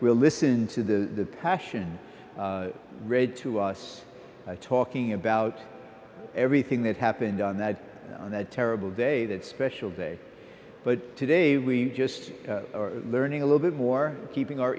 will listen to the passion read to us talking about everything that happened on that on that terrible day that special day but today we just are learning a little bit more keeping our